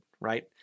right